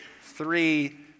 Three